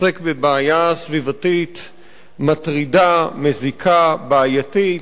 עוסק בבעיה סביבתית מטרידה, מזיקה, בעייתית,